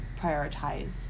prioritize